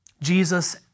Jesus